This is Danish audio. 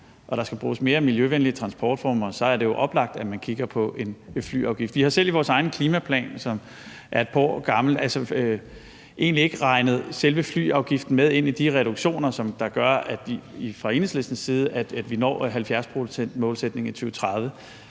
og der skal bruges mere miljøvenlige transportformer, jo er oplagt, at man kigger på en flyafgift. Vi har egentlig ikke selv i vores egen klimaplan, som er et par år gammel, regnet selve flyafgiften med ind i de reduktioner, som gør, at vi fra Enhedslistens side når 70-procentsmålsætning i 2030,